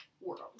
world